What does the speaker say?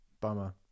bummer